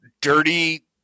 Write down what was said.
dirty